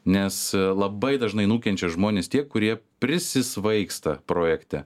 nes labai dažnai nukenčia žmonės tie kurie prisisvaigsta projekte